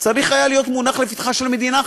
צריך היה להיות מונח לפתחה של המדינה,